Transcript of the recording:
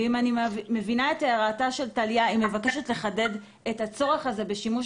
ואם אני מבינה את הערתה של טליה שמבקשת לחדד את הצורך הזה של שימוש